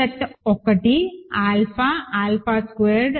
set 1 alpha alpha squared